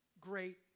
great